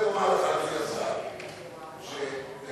אם